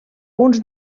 uns